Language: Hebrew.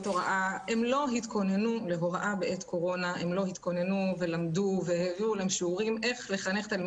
המורים עצמם אובדי